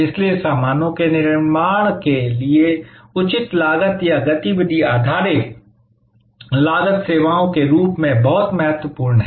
इसलिए सामानों के निर्माण के लिए उचित लागत या गतिविधि आधारित लागत सेवाओं के रूप में बहुत महत्वपूर्ण है